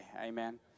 Amen